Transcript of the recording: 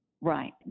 right